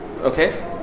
Okay